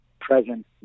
present